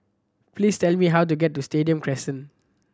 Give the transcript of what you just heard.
please tell me how to get to Stadium Crescent